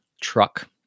truck